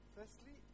Firstly